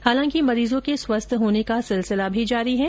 हालांकि मरीजों के स्वस्थ होने का सिलसिला भी जारी है